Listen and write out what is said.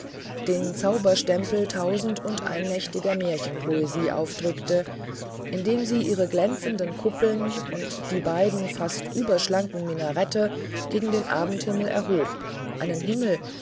den zaubertempel tausendundeinnächtiger märchenpoesie aufdrückte indem sie ihre glänzenden kuppeln und die beiden fast überschlanken minareten gegen den abendhimmel erhob einen himmel